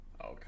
okay